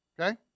okay